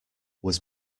was